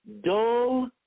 dull